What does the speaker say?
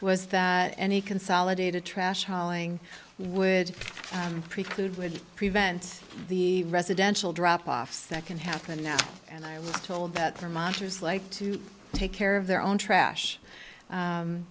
was that any consolidated trash hauling would preclude would prevent the residential drop offs that can happen now and i'm told that vermonters like to take care of their own trash